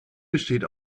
besteht